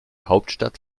hauptstadt